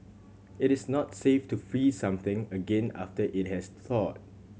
it is not safe to freeze something again after it has thawed